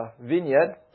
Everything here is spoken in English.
vineyard